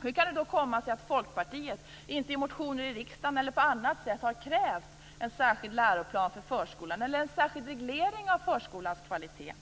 Hur kan det då komma sig att Folkpartiet inte i motioner i riksdagen eller på annat sätt har krävt en särskild läroplan för förskolan eller en särskild reglering av förskolans kvalitet?